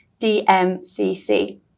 DMCC